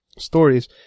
Stories